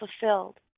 fulfilled